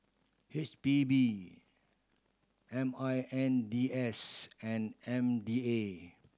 H P B M I N D S and M D A